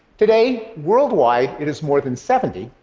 today, worldwide, it is more than seventy,